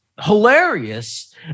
hilarious